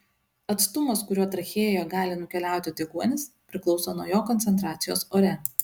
atstumas kuriuo trachėjoje gali nukeliauti deguonis priklauso nuo jo koncentracijos ore